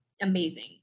amazing